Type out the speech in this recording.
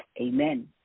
amen